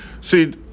see